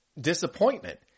disappointment